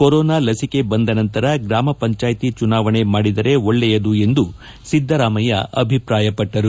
corona ಲಸಿಕೆ ಬಂದ ನಂತರ ಗ್ರಾಮ ಪಂಚಾಯಿತಿ ಚುನಾವಣೆ ಮಾಡಿದ್ದರೆ ಒಳ್ಳೇಯದು ಎಂದು ಸಿದ್ದರಾಮಯ್ಯ ಅಭಿಪ್ರಾಯಪಟ್ಟರು